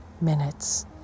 minutes